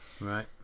Right